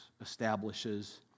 establishes